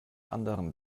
anderen